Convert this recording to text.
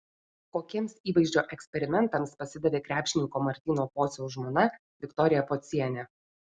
kokiems įvaizdžio eksperimentams pasidavė krepšininko martyno pociaus žmona viktorija pocienė